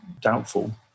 doubtful